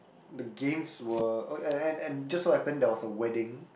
the games were oh and and and just so happen there was a wedding